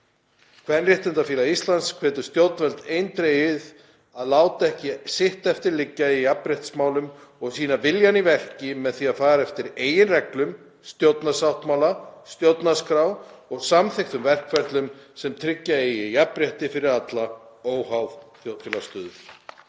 Kvenréttindafélag Íslands hvetur stjórnvöld eindregið að láta ekki sitt eftir liggja í jafnréttismálum og að sýna viljann í verki með því að fara eftir eigin reglum, stjórnarsáttmála, stjórnarskrá og samþykktum verkferlum sem tryggja eiga jafnrétti fyrir alla, óháð þjóðfélagsstöðu.“